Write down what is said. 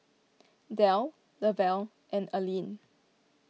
Delle Lavelle and Aline